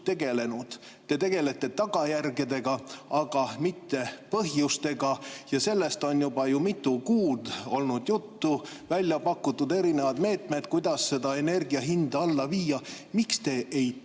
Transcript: Te tegelete tagajärgedega, aga mitte põhjustega. Sellest on juba mitu kuud juttu olnud, välja on pakutud erinevaid meetmeid, kuidas energiahinda alla viia. Miks te ei tegele